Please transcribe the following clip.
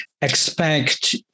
expect